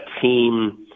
team